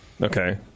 Okay